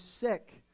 sick